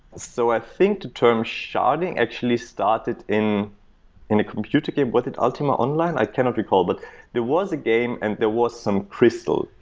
so i think the term sharding actually started in in a computer game. was it ultima online? i cannot recall. but there was a game and there was some crystal,